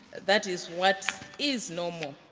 that is what is normal.